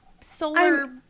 solar